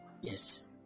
Yes